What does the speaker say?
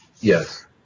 Yes